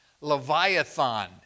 Leviathan